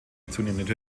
zunehmende